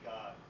God